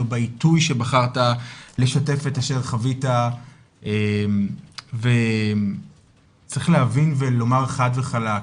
לא בעיתוי שבחרת לשתף את אשר חווית וצריך להבין ולומר חד וחלק,